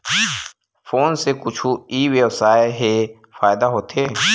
Phone से कुछु ई व्यवसाय हे फ़ायदा होथे?